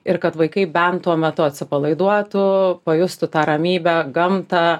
ir kad vaikai bent tuo metu atsipalaiduotų pajustų tą ramybę gamtą